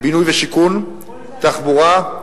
בינוי ושיכון, תחבורה,